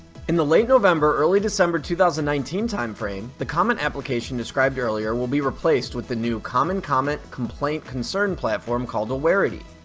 in the late november early december two thousand and nineteen timeframe the comment application described earlier will be replaced with the new common comment complaint concern platform called awareity.